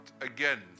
again